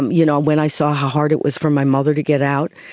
you know, when i saw how hard it was for my mother to get out,